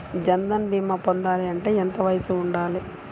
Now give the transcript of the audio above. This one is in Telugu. జన్ధన్ భీమా పొందాలి అంటే ఎంత వయసు ఉండాలి?